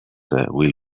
will